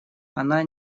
она